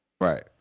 Right